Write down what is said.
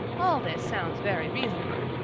all this sounds very reasonable.